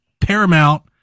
Paramount